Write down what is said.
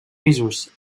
pisos